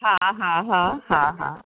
हा हा हा हा